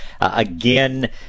again